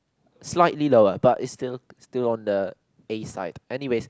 slightly lower but it's still still on the A side anyways